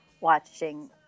watching